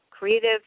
creative